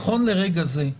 נכון לרגע זה,